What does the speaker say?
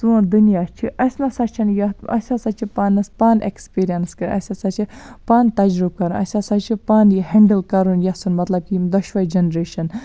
سون دُنیا چھُ اَسہِ نَسا چھُنہٕ یتھ اَسہِ ہَسا چھِ پانَس پانہٕ ایکسپیٖریَنس کَران اَسہِ ہَسا چھِ پانہٕ تَجرُب کران اَسہِ ہَسا چھ پانہٕ یہِ ہینٛڈل کَرُن مَطلَب یِم دۄنوے جَنریشن